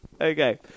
Okay